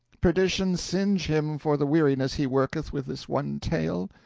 perdition singe him for the weariness he worketh with his one tale!